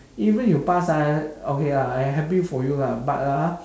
even you pass ah okay lah I happy for you lah but ah